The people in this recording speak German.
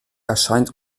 erscheint